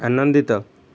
ଆନନ୍ଦିତ